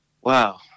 Wow